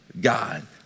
God